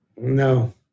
No